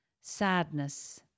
sadness